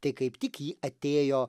tai kaip tik ji atėjo